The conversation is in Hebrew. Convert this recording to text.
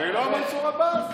זה לא מנסור עבאס?